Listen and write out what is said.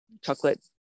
chocolate